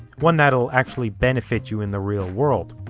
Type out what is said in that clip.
one that'll actually benefit you in the real world.